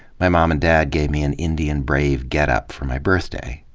my mom and dad gave me an indian brave getup for my birthday.